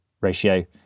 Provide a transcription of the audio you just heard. ratio